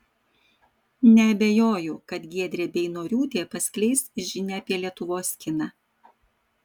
neabejoju kad giedrė beinoriūtė paskleis žinią apie lietuvos kiną